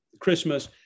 Christmas